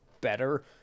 better